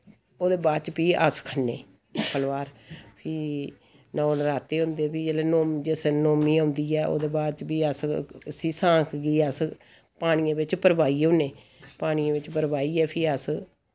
ओह्दे बाद च फ्ही अस खन्ने फलोआर फ्ही नौ नरात्ते होंदे फ्ही जिसलै जिस दिन नौमीं औंदी ऐ ओह्दे बाद च फ्ही अस उसी सांख गी अस पानियै बिच्च प्रवाई ओड़ने पानियै बिच्च प्रवाहियै फ्ही अस